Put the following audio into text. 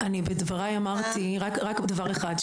בדבריי אמרתי רק דבר אחד,